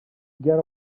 get